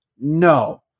No